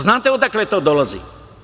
Znate li odakle to dolazi?